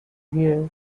hear